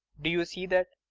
do you see that?